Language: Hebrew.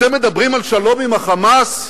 אתם מדברים על שלום עם ה"חמאס"